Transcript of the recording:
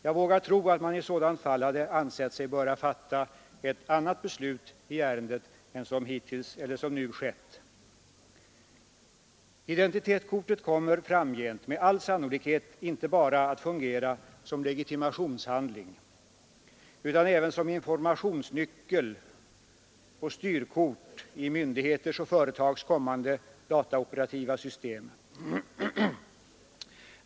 Jag vågar tro att man i så fall hade ansett sig böra fatta ett annat beslut i ärendet än som nu skett. Identitetskortet kommer framgent med all sannolikhet inte bara att fungera som legitimationshandling utan även som informationsnyckel och styrkort i myndigheters och företags kommande dataoperativa system.